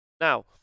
Now